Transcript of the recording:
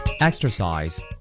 Exercise